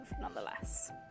nonetheless